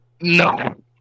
No